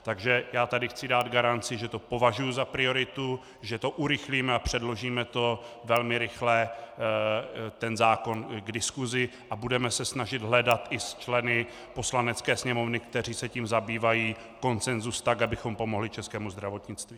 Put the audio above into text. Takže chci tady dát garanci, že to považuji za prioritu, že to urychlíme, a předložíme velmi rychle zákon k diskusi a budeme se snažit hledat i s členy Poslanecké sněmovny, kteří se tím zabývají, konsenzus tak, abychom pomohli českému zdravotnictví.